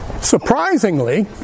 Surprisingly